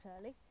early